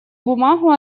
бумагу